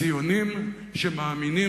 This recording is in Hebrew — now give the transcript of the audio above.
ציונים שמאמינים,